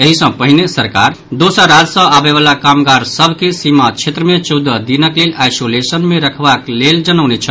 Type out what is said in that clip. एहि सँ पहिने सरकार दोसर राज्य सँ आबयवला कामगार सभ के सीमा क्षेत्र मे चौदह दिनक लेल आइसोलेशन मे रखबाक लेल जनौने छल